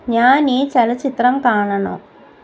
ഞാൻ ഈ ചലച്ചിത്രം കാണണോ